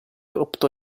optò